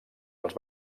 els